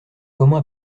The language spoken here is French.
comment